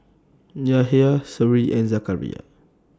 Yahya Seri and Zakaria